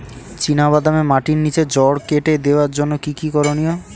চিনা বাদামে মাটির নিচে জড় কেটে দেওয়ার জন্য কি কী করনীয়?